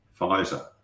Pfizer